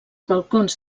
balcons